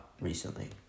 recently